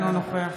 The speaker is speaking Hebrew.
אינו נוכח